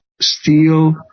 steal